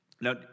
Now